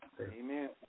Amen